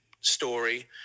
story